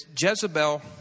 Jezebel